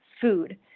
food